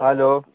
hello